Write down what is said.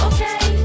Okay